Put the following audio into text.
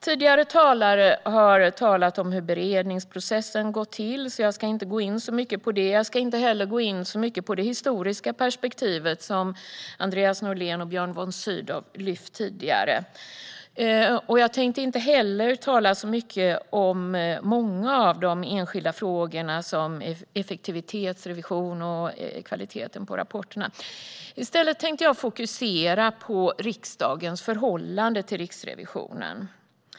Tidigare talare har berättat om hur beredningsprocessen har gått till, så jag ska inte gå in så mycket på det. Jag ska inte heller gå in så mycket på det historiska perspektivet som Andreas Norlén och Björn von Sydow lyft upp tidigare. Jag tänkte inte heller tala så mycket om många av de enskilda frågorna, som effektivitetsrevision och kvaliteten på rapporterna. I stället tänker jag fokusera på riksdagens förhållande till Riksrevisionen.